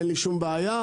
אין לי שום בעיה.